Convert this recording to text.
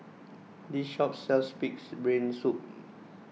this shop sells Pig's Brain Soup